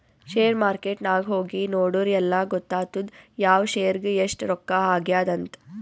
share market ನಾಗ್ ಹೋಗಿ ನೋಡುರ್ ಎಲ್ಲಾ ಗೊತ್ತಾತ್ತುದ್ ಯಾವ್ ಶೇರ್ಗ್ ಎಸ್ಟ್ ರೊಕ್ಕಾ ಆಗ್ಯಾದ್ ಅಂತ್